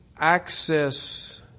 access